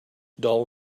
dull